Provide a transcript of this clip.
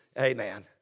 Amen